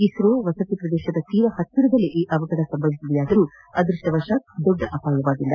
ಇಸ್ರೋ ವಸತಿ ಪ್ರದೇಶದ ತೀರ ಹತ್ತಿರದಲ್ಲೇ ಈ ಅವಘಡ ಸಂಭವಿಸಿದ್ದರೂ ಅದ್ಯಷ್ಟವಶಾತ್ ದೊಡ್ಡ ಅಪಾಯವಾಗಿಲ್ಲ